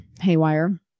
haywire